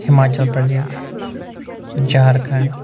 Himachal Pradesh Jharkhand